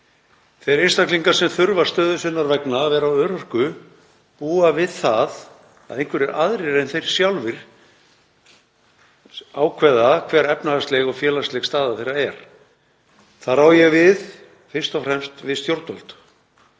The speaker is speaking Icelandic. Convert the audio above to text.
Þeir einstaklingar sem þurfa stöðu sinnar vegna að vera á örorku búa við það að einhverjir aðrir en þeir sjálfir ákveða hver efnahagsleg og félagsleg staða þeirra er. Þar á ég við fyrst og fremst við stjórnvöld.